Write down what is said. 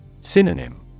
Synonym